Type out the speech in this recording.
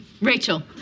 Rachel